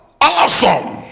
awesome